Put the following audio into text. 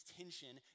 tension